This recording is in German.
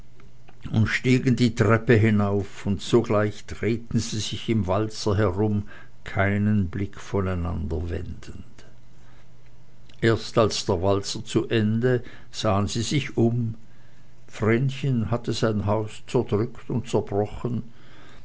und stiegen die treppe hinauf und sogleich drehten sie sich im walzer herum keinen blick voneinander abwendend erst als der walzer zu ende sahen sie sich um vrenchen hatte sein haus zerdrückt und zerbrochen